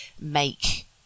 make